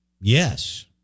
Yes